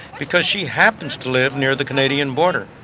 because she happens to live near the canadian border.